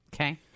Okay